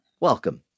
welcome